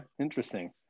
interesting